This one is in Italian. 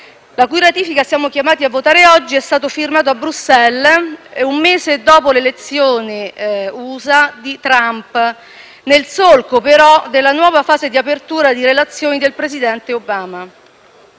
la cui ratifica siamo chiamati a votare oggi, è stato firmato a Bruxelles un mese dopo l'elezione USA di Trump, nel solco, però, della nuova fase di apertura di relazioni del presidente Obama.